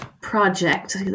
project